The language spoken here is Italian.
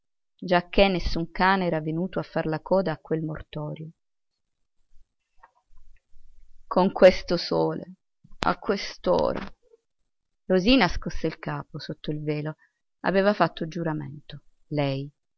che nessun cane era venuto a far coda a quel mortorio con questo sole a quest'ora rosina scosse il capo sotto il velo aveva fatto giuramento lei